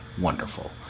wonderful